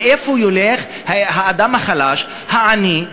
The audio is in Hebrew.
לאן ילך האדם החלש, העני?